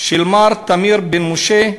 של מר תמיר בן משה,